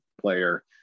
player